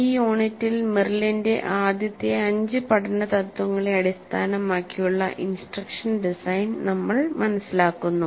ഈ യൂണിറ്റിൽ മെറിലിന്റെ ആദ്യത്തെ അഞ്ച് പഠന തത്വങ്ങളെ അടിസ്ഥാനമാക്കിയുള്ള ഇൻസ്ട്രക്ഷൻ ഡിസൈൻ നമ്മൾ മനസ്സിലാക്കുന്നു